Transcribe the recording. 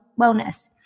wellness